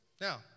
Now